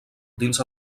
dins